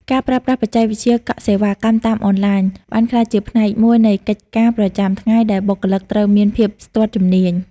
ការប្រើប្រាស់បច្ចេកវិទ្យាកក់សេវាកម្មតាមអនឡាញ បានក្លាយជាផ្នែកមួយនៃកិច្ចការប្រចាំថ្ងៃដែលបុគ្គលិកត្រូវមានភាពស្ទាត់ជំនាញ។